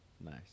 Nice